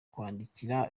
kwandikira